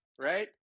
Right